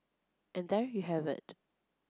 and there you have it